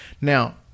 Now